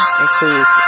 includes